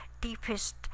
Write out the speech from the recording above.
deepest